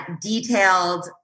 detailed